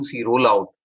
rollout